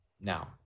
Now